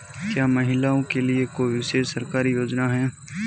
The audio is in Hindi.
क्या महिलाओं के लिए कोई विशेष सरकारी योजना है?